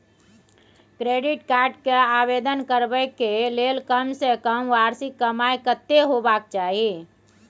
Credit card के आवेदन करबैक के लेल कम से कम वार्षिक कमाई कत्ते होबाक चाही?